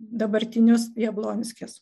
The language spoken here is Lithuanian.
dabartinius jablonskis